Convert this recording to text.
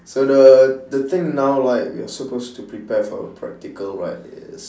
so the the thing now like we are supposed to prepare for a practical right is